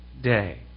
day